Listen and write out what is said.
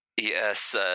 Yes